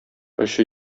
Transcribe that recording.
очы